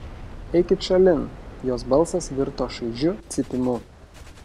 eikit šalin jos balsas virto šaižiu cypimu